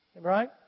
Right